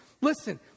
listen